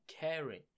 caring